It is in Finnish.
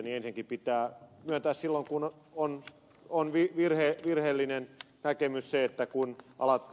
ensinnäkin pitää myöntää silloin kun on virheellinen näkemys se että kun ed